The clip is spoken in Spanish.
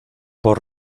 por